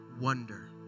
wonder